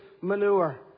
manure